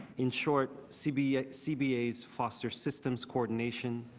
in short cbas cbas foster systems coordination.